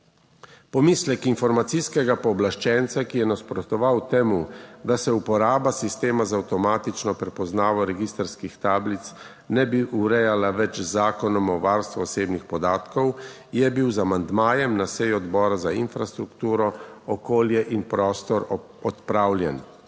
Pomislek informacijskega pooblaščenca, ki je nasprotoval temu, da se uporaba sistema za avtomatično prepoznavo registrskih tablic ne bi urejala več z Zakonom o varstvu osebnih podatkov je bil z amandmajem na seji Odbora za infrastrukturo, okolje in prostor odpravljen.